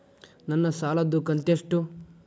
ನನ್ನ ಸಾಲದು ಕಂತ್ಯಷ್ಟು?